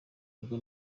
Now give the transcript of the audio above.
bigo